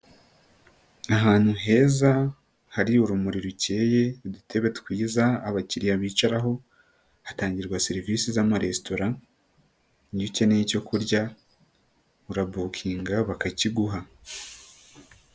Ahantu heza hari urumuri rukeye, udutebe twiza. Abakiriya bicaraho hatangirwa serivisi z'amaresitora. Niyo ukeneye icyo kurya urabukinga bakakiguha.